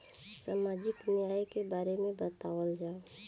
सामाजिक न्याय के बारे में बतावल जाव?